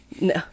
No